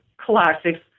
classics